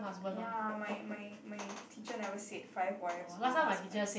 ya my my my teacher never said five wives one husband